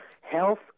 Health